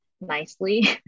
nicely